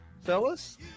fellas